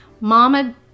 Mama